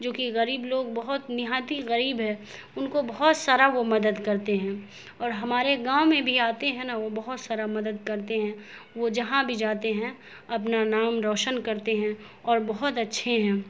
جوکہ غریب لوگ بہت نہایت ہی غریب ہے ان کو بہت سارا وہ مدد کرتے ہیں اور ہمارے گاؤں میں بھی آتے ہیں نا وہ بہت سارا مدد کرتے ہیں وہ جہاں بھی جاتے ہیں اپنا نام روشن کرتے ہیں اور بہت اچھے ہیں